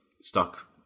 stuck